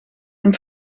een